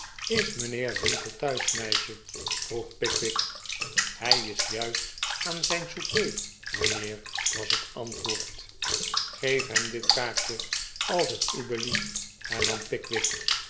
is mijnheer winkle thuis meisje vroeg pickwick hij is juist aan zijn souper mijnheer was het antwoord geef hem dit kaartje als t u belieft hernam pickwick